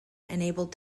enabled